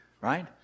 right